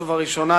בראש ובראשונה,